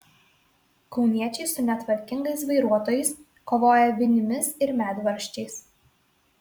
kauniečiai su netvarkingais vairuotojais kovoja vinimis ir medvaržčiais